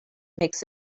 makes